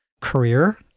career